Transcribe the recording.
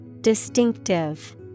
Distinctive